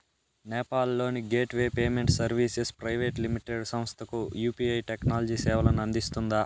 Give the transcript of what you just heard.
నేపాల్ లోని gateway payment services private limited సంస్థకు UPI technology సేవలను అందిస్తుందా?